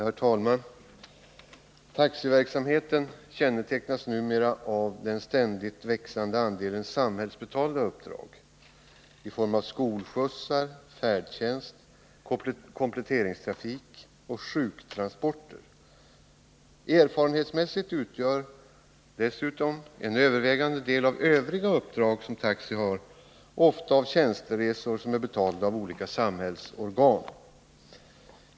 Herr talman! Taxiverksamheten kännetecknas numera av den stä växande andelen samhällsbetalda uppdrag i form av skolskjutsar, färdtjänst, kompletteringstrafik och sjuktransporter. Erfarenhetsmässigt utgörs dessutom en övervägande del av övriga uppdrag ofta av tjänsteresor betalda av olika samhällsorgan.